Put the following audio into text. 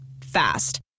Fast